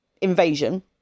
invasion